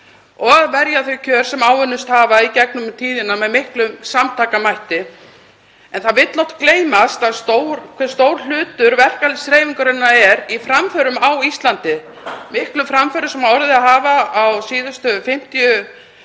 og verja þau kjör sem áunnist hafa í gegnum tíðina með miklum samtakamætti. Það vill oft gleymast hve stór hlutur verkalýðshreyfingarinnar er í framförum á Íslandi, miklum framförum sem orðið hafa á síðustu